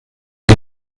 die